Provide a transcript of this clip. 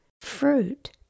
Fruit